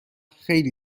خیلی